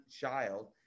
child